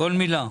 כל מילה.